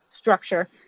structure